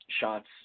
shots